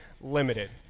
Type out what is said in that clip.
limited